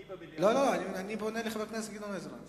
לפי מה שהבנתי, הוא בעד ועדה.